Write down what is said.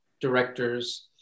directors